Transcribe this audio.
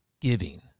giving